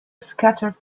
scattered